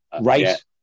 Right